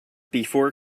before